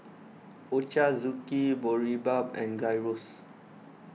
Ochazuke Boribap and Gyros